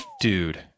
Dude